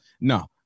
No